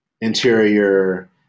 interior